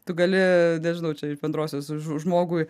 tu gali nežinau čia iš bendrosios žmogui